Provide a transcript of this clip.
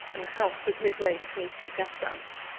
and the house stood midway between two gas-lamps,